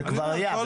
ושכבר היה.